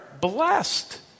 blessed